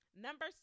Number